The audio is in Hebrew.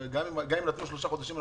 גם אם נתנו שלושה חודשים,